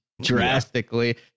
drastically